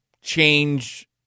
change